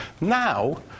Now